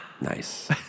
Nice